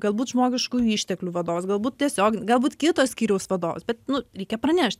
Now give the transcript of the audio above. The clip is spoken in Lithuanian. galbūt žmogiškųjų išteklių vadovas galbūt tiesiog galbūt kito skyriaus vadovas bet nu reikia pranešt